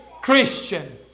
Christian